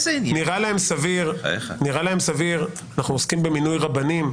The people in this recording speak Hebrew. אנחנו עוסקים במינוי רבנים.